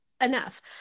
enough